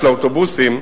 של האוטובוסים,